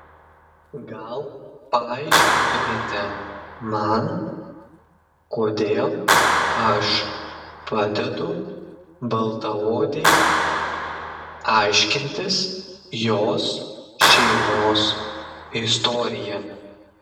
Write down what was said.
gal paaiškintumėte man kodėl aš padedu baltaodei aiškintis jos šeimos istoriją